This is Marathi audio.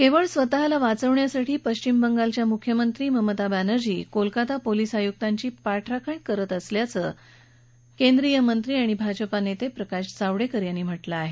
केवळ स्वतःला वाचवण्यासाठी पश्विम बंगालच्या मुख्यमंत्री ममता बॅनर्जी कोलकाता पोलिस आयुकांची पाठराखण करत आहेत असं केंद्रीय मंत्री आणि भाजपाचे नेते प्रकाश जावडेकर यांनी म्हटलं आहे